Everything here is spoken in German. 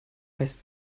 weißt